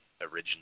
originally